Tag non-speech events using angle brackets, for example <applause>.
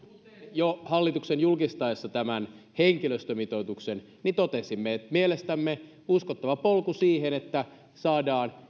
jo hallituksen julkistaessa tämän henkilöstömitoituksen totesimme että mielestämme uskottava polku siihen että saadaan <unintelligible>